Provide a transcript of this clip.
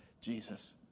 Jesus